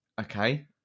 Okay